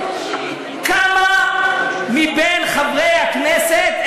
כמה מבין חברי הכנסת,